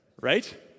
right